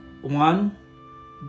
one